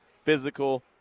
physical